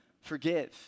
Forgive